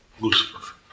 Lucifer